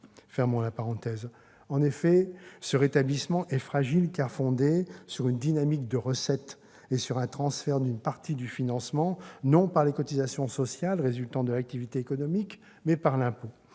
affaiblies ». En effet, ce rétablissement est fragile, car il est fondé sur une dynamique de recettes et sur un transfert d'une partie du financement, non par les cotisations sociales résultant de l'activité économique, mais par l'impôt.